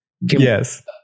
yes